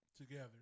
together